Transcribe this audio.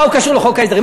מה הוא קשור לחוק ההסדרים?